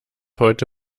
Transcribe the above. heute